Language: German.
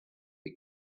wie